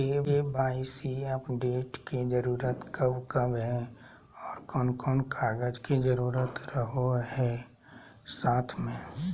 KYC update के जरूरत कब कब है और कौन कौन कागज के जरूरत रहो है साथ में?